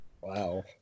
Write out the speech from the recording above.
Wow